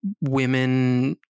women